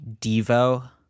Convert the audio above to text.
Devo